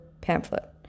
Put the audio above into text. pamphlet